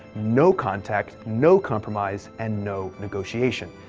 no contact, no compromise and no negotiation.